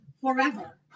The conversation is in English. forever